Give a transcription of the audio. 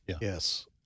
Yes